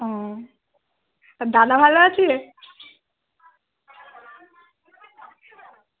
ও আর দাদা ভালো আছে